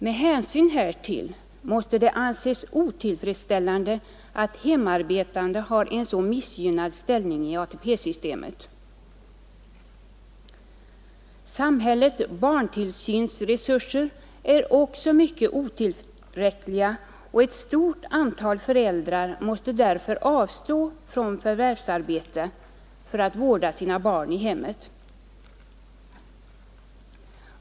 Med hänsyn härtill måste det läggspension för anses otillfredsställande att hemarbetande har en så missgynnad ställning —hemarbetande make m.m. i ATP-systemet. Samhällets barntillsynsresurser är också mycket otillräckliga, och ett stort antal föräldrar måste därför avstå från förvärvsarbete för att vårda sina barn i hemmet.